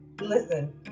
listen